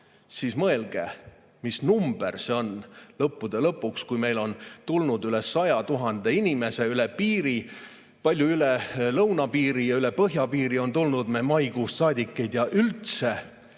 siis mõelge, mis number see on! Lõppude lõpuks meile on tulnud üle 100 000 inimese üle piiri. Kui palju üle lõunapiiri ja üle põhjapiiri on tulnud, me maikuust saadik ei tea üldse.